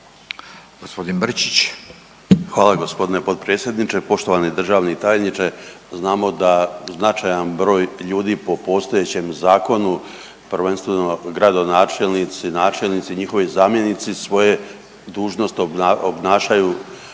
Luka (HDZ)** Hvala gospodine potpredsjedniče. Poštovani državni tajniče, znamo da značajan broj ljudi po postojećem zakonu prvenstveno gradonačelnici, načelnici i njihovi zamjenici svoje dužnost obnašaju